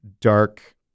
dark